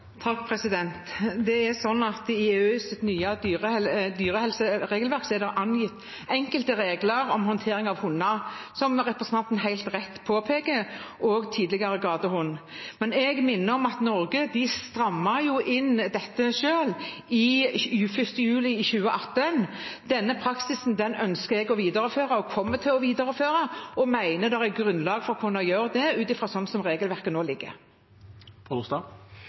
I EUs nye dyrehelseregelverk er det angitt enkelte regler om håndtering av hunder, som representanten helt rett påpeker, òg tidligere gatehunder. Men jeg minner om at Norge strammet inn dette selv 1. juli 2018. Denne praksisen ønsker jeg å videreføre og kommer til å videreføre, og jeg mener det er grunnlag for å kunne gjøre det ut fra sånn regelverket nå ligger.